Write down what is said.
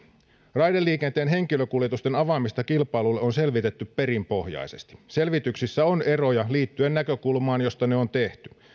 raideliikenteen henkilökuljetusten avaamista kilpailulle on selvitetty perinpohjaisesti selvityksissä on eroja liittyen näkökulmaan josta ne on tehty